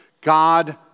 God